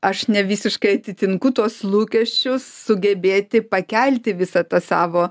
aš ne visiškai atitinku tuos lūkesčius sugebėti pakelti visą tą savo